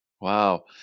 Wow